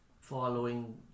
following